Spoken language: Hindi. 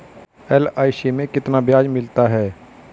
एल.आई.सी में कितना ब्याज मिलता है?